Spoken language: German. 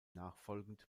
nachfolgend